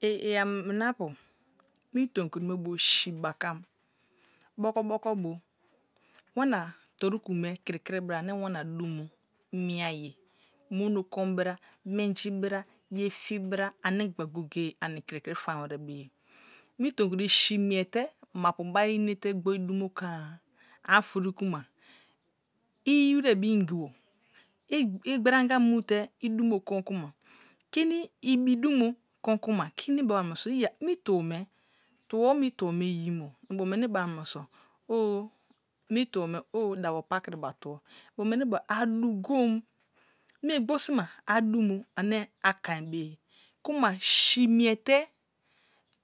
I ya mina apu mi tomkiri me bu si bakam boho boko bu, wana toruku me krikri bra mono ko ane wana dumo mie ayi bra menji bra ye fibra anni gba goye goye am krikn fam wire beye, mi tomkri si multe mapu bou gbori dumo lasa ani otori karma yi wire be ingibo ibranga mute idumo kon kuma, kinai ibi duma kan kuma kini be wa mu noso iya mi tno me tubo mi tuo mi tuo me iyo mo mbo weni beba munoso owu dabopakritiba tuo inbo weni bewa, adugom mie gloosima a dunes ane a gwain beye kuma si malte